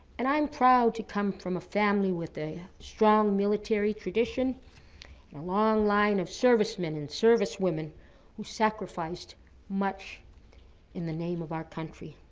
and i'm proud to come from a family with a strong military tradition and a long line of service men and service women who sacrificed much in the name of our country.